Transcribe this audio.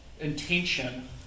intention